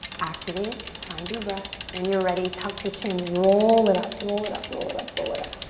activate, find your breath. when you're ready, tuck the chin. roll it up, roll it up, roll it up, roll it up.